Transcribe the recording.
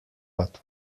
but